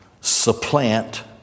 supplant